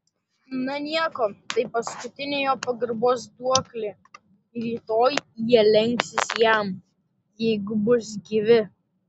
na nieko tai paskutinė jo pagarbos duoklė rytoj jie lenksis jam jeigu bus gyvi